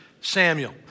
Samuel